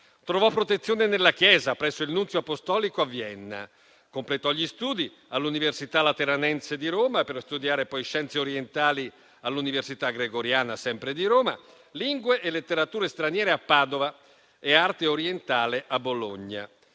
Trovò protezione nella chiesa, presso il nunzio apostolico a Vienna. Completò gli studi alla Pontificia Università Lateranense di Roma per studiare poi scienze orientali all'Università Gregoriana sempre di Roma, lingue e letterature straniere a Padova e arte orientale a Bologna.